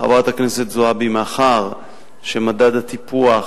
חברת הכנסת זועבי, מאחר שמדד הטיפוח